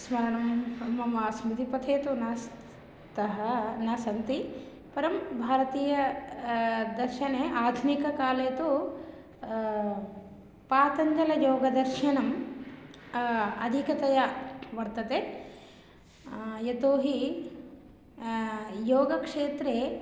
स्मरणं मम स्मृतिपथे तु नास्ति ततः न सन्ति परं भारतीय दर्शने आधुनिककाले तु पातञ्जलयोगदर्शनम् अधिकतया वर्तते यतो हि योगक्षेत्रे